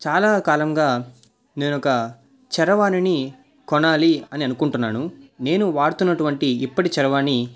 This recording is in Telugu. చాలా కాలంగా నేను ఒక చరవాణిని కొనాలి అని అనుకుంటున్నాను నేను వాడుతున్నటువంటి ఇప్పటి చరవాణి